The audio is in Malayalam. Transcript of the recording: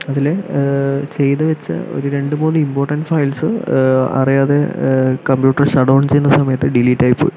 അതില് ചെയ്ത് വെച്ച ഒര് രണ്ട് മൂന്ന് ഇമ്പോർട്ടന്റ് ഫയൽസ് അറിയാതെ കമ്പ്യൂട്ടർ ഷട്ട് ഡൗൺ ചെയ്യുന്ന സമയത്ത് ഡിലീറ്റായി പോയി